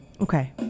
Okay